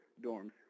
dorms